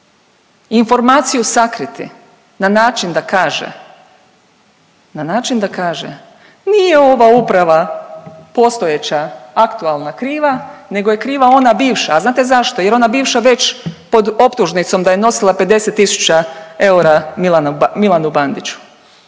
informaciju sakriti na način da kaže, na način da kaže nije ova uprava postojeća, aktualna kriva nego je kriva ona bivša. A znate zašto? Jer ona bivša već pod optužnicom da je nosila 50 000 eura Milanu Bandiću.